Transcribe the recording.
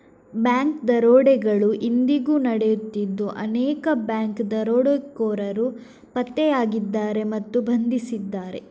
bank ದರೋಡೆಗಳು ಇಂದಿಗೂ ನಡೆಯುತ್ತಿದ್ದು ಅನೇಕ ಬ್ಯಾಂಕ್ ದರೋಡೆಕೋರರು ಪತ್ತೆಯಾಗಿದ್ದಾರೆ ಮತ್ತು ಬಂಧಿಸಿದ್ದಾರೆ